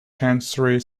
chancery